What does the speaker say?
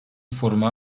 foruma